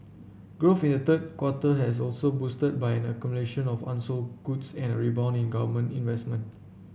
growth in the third quarter has also boosted by an accumulation of unsold goods and a rebound in government investment